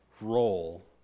role